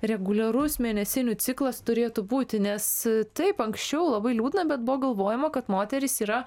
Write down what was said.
reguliarus mėnesinių ciklas turėtų būti nes taip anksčiau labai liūdna bet buvo galvojama kad moterys yra